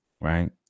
Right